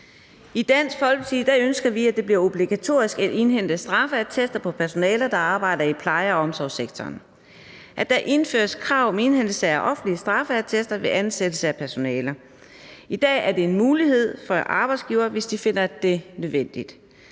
I Dansk Folkeparti ønsker vi, at det bliver obligatorisk at indhente straffeattester på personale, der arbejder i pleje- og omsorgssektoren; at der indføres krav om indhentelse af offentlige straffeattester ved ansættelse af personale. I dag er det en mulighed for arbejdsgivere, hvis de finder det nødvendigt.